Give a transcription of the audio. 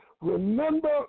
remember